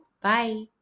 Bye